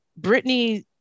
Britney